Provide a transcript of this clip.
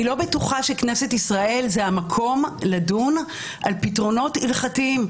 אני לא בטוחה שכנסת ישראל זה המקום לדון בו בפתרונות הלכתיים.